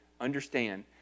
understand